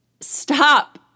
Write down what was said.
stop